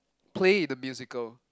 play the musical